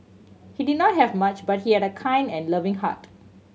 he did not have much but he had a kind and loving heart